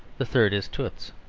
the third is toots.